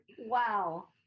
Wow